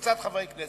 וקבוצת חברי הכנסת,